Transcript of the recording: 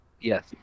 Yes